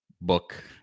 book